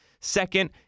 Second